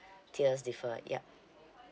tiers differ ya